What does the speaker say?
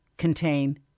contain